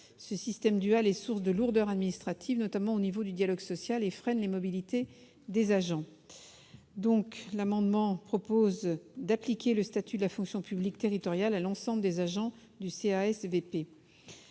Ce système dual est source de lourdeurs administratives, notamment en matière de dialogue social, et freine la mobilité des agents. Il est proposé d'appliquer le statut de la fonction publique territoriale à l'ensemble des agents du CASVP.